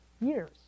years